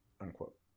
unquote